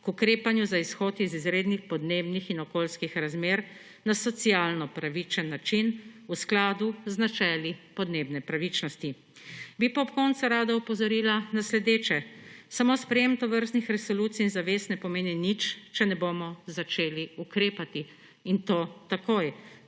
k ukrepanju za izhod iz izrednih podnebnih in okoljskih razmer na socialno pravičen način v skladu z načeli podnebne pravičnosti. Bi pa ob koncu rada opozorila na sledeče. Samo sprejetje tovrstnih resolucij in zavez ne pomeni nič, če ne bomo začeli ukrepati – in to takoj.